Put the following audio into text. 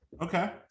Okay